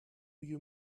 you